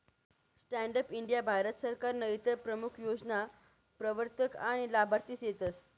stand up India Bharat सरकारनं इतर प्रमूख योजना प्रवरतक आनी लाभार्थी सेतस